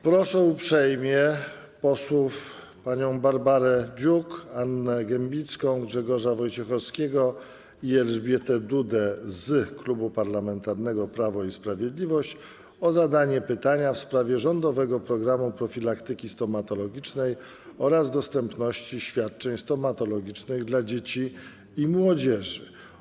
Proszę uprzejmie posłów: panią Barbarę Dziuk, Annę Gembicką, Grzegorza Wojciechowskiego i Elżbietę Dudę z Klubu Parlamentarnego Prawo i Sprawiedliwość o zadanie pytania w sprawie rządowego programu profilaktyki stomatologicznej oraz dostępności świadczeń stomatologicznych dla dzieci i młodzieży.